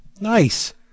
nice